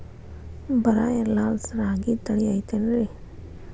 ಬರ ಇರಲಾರದ್ ರಾಗಿ ತಳಿ ಐತೇನ್ರಿ?